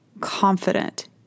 confident